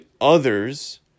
others